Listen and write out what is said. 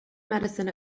medicine